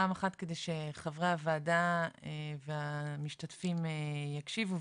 פעם אחת כדי שחברי הוועדה והמשתתפים יקשיבו,